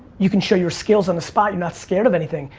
you can show your skills on the spot. you're not scared of anything.